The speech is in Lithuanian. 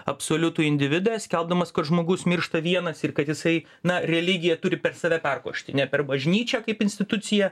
absoliutų individą skelbdamas kad žmogus miršta vienas ir kad jisai na religija turi per save perkošti ne per bažnyčią kaip instituciją